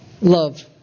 love